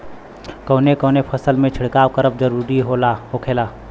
कवने कवने फसल में छिड़काव करब जरूरी होखेला?